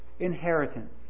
Inheritance